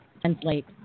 translate